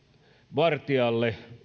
vartialle